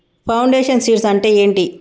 Foundation seeds అంటే ఏంటి?